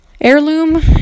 heirloom